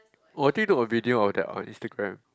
oh I didn't took a video of that on Instagram